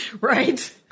Right